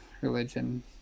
religion